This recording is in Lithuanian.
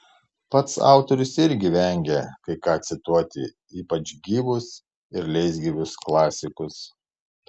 pats autorius irgi vengia kai ką cituoti ypač gyvus ir leisgyvius klasikus